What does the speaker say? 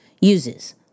uses